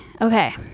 Okay